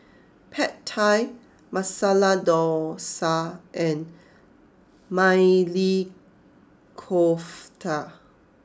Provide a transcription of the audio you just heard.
Pad Thai Masala Dosa and Maili Kofta